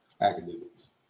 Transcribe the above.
academics